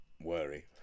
worry